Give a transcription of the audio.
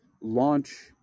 launch